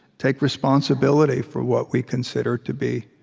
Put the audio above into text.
take responsibility for what we consider to be